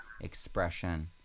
expression